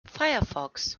firefox